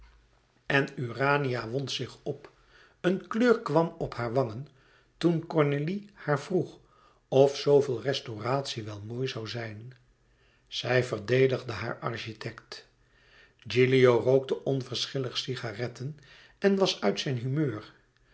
en urania wond zich op een kleur kwam op haar wangen toen cornélie haar vroeg of zooveel restauratie wel mooi zoû zijn zij verdedigde haar architect gilio rookte onverschillig cigaretten en was uit zijn humeur